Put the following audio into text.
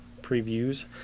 previews